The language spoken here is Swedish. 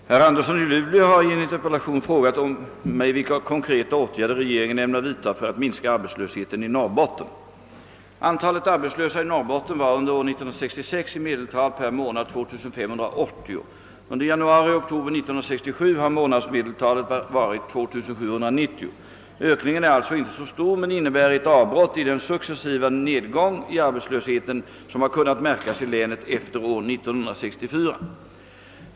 Herr talman! Herr Andersson i Luleå har i en interpellation frågat mig vilka konkreta åtgärder regeringen ämnar vidta för att minska arbetslösheten i Norrbotten. Antalet arbetslösa i Norrbotten var under år 1966 i medeltal per månad 2580. Under januari—oktober 1967 har månadsmedeltalet varit 2 790. Ökningen är alltså inte så stor men innebär ett avbrott i den successiva nedgång i arbetslösheten som har kunnat märkas i iänet efter år 1964.